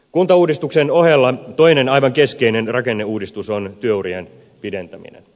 kuntauudistuksen ohella toinen aivan keskeinen rakenneuudistus on työurien pidentäminen